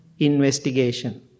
investigation